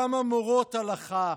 כמה מורות הלכה,